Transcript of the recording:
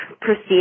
proceed